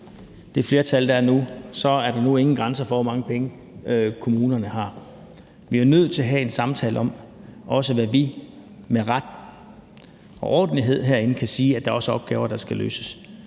det flertal, der er nu, ikke er nogen grænser for, hvor mange penge kommunerne har. Vi er jo nødt til at have en samtale om det, også om, at vi med ret og ordentlighed herindefra skal kunne sige, at der er opgaver, der skal løses.